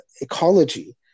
ecology